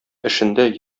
эшендә